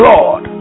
Lord